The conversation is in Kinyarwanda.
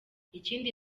ikindi